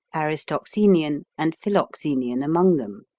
aristoxenean, and philoxenean among them.